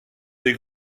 des